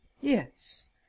yes